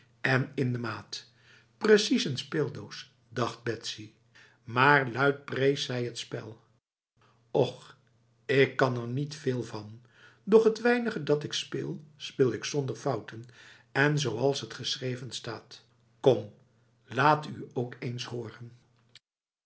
en in de maatj precies n speeldoos dacht betsy maar luid prees zij het spel och ik kan er niet veel van doch het weinige dat ik speel speel ik zonder fouten en zoals het geschreven staat kom laat u ook eens horenf